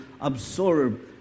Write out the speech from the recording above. absorb